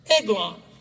Eglon